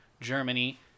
Germany